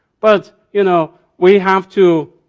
but you know, we have to